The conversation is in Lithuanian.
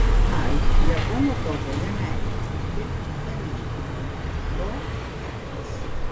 ai japonų kalboje meilė ki energija do kelias